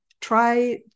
try